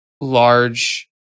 large